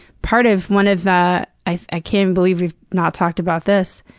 part of one of the i can't believe we've not talked about this.